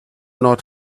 not